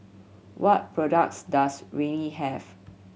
what products does Rene have